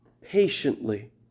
patiently